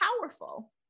powerful